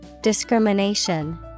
Discrimination